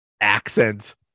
accent